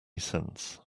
sense